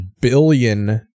billion